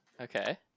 Okay